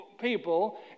people